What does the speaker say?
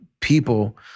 people